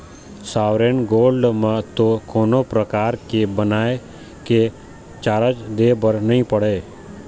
sovereign gold म तो कोनो परकार के बनाए के चारज दे बर नइ पड़य